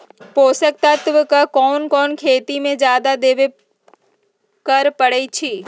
पोषक तत्व क कौन कौन खेती म जादा देवे क परईछी?